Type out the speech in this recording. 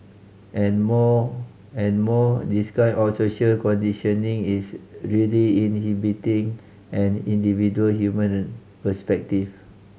and more and more this kind of social conditioning is really inhibiting an individual human perspective